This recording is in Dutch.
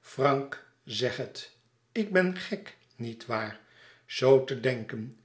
frank zeg het ik ben gek nietwaar zoo te denken